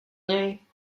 něj